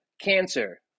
cancer